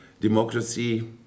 Democracy